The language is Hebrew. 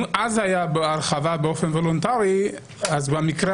אם אז הייתה הרחבה באופן וולונטרי אבל במקרה